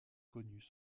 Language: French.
connus